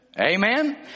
Amen